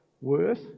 worth